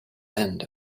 end